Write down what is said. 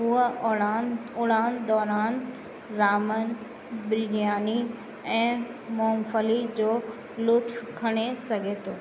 उहो उड़ान उड़ान दौरान रामन बिलगियानी ऐं मूंगफली जो लुत्फ़ खणे सघे थो